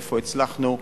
איפה הצלחנו.